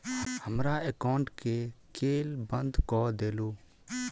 हमरा एकाउंट केँ केल बंद कऽ देलु?